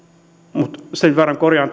mutta sen verran korjaan